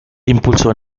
impulsó